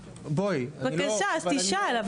בבקשה, אז תשאל.